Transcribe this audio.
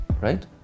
right